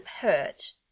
hurt